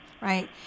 right